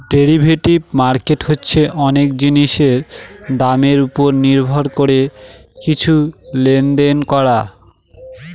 derivative market হচ্ছে অনেক জিনিসের দামের ওপর নির্ভর করে কিছু লেনদেন করা